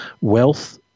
wealth